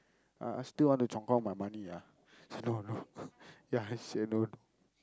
ah ah still want to 充公 my money ah no no ya I say no